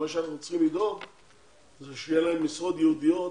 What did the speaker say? מה שאנחנו צריכים לדאוג זה שיהיה להם משרות ייעודיות